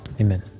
Amen